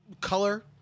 color